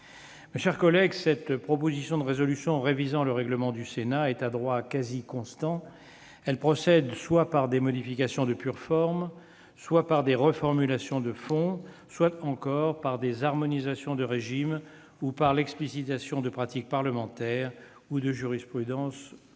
Mes chers collègues, cette proposition de résolution révisant le règlement du Sénat est à droit « quasi constant »: elle procède soit par des modifications de pure forme, soit par des reformulations de fond, soit encore par des harmonisations de régimes ou par l'explicitation de pratiques parlementaires ou de jurisprudences